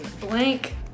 blank